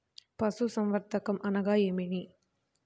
పశుసంవర్ధకం అనగా ఏమి?